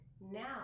now